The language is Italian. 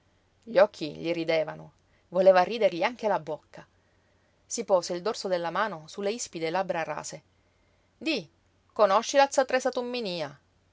gli occhi gli ridevano voleva ridergli anche la bocca si pose il dorso della mano su le ispide labbra rase di conosci la z tresa tumminía